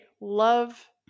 Love